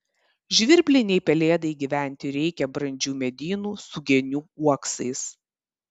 žvirblinei pelėdai gyventi reikia brandžių medynų su genių uoksais